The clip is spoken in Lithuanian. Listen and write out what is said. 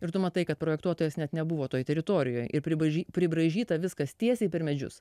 ir tu matai kad projektuotojas net nebuvo toj teritorijoj ir pribraižyta viskas tiesiai per medžius